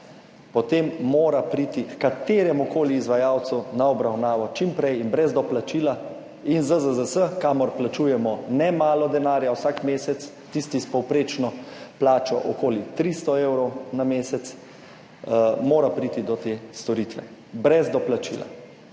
potem mora priti h kateremukoli izvajalcu na obravnavo čim prej in brez doplačila, in ZZZS, kamor plačujemo nemalo denarja vsak mesec, tisti s povprečno plačo okoli 300 evrov na mesec mora priti do te storitve brez doplačila.